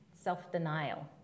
self-denial